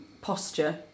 posture